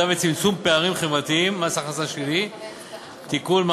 וצמצום פערים חברתיים (מס הכנסה שלילי) (תיקון,